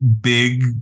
big